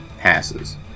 passes